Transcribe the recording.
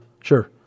Sure